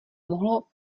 mohlo